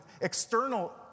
external